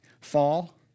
fall